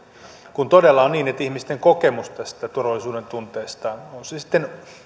kun todella on niin että ihmisten kokemus turvallisuudentunteesta heikkenee on se sitten